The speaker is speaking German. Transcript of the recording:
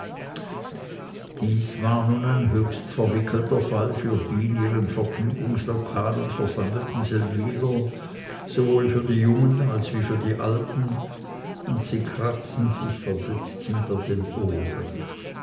dies war nun ein höchst verwickelter fall für die in ihren vergnügungslokalen versammelten seldwyler sowohl für die jungen als wie für die alten und sie kratzten sich verdutzt hinter den ohren